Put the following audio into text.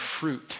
fruit